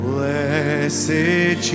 Blessed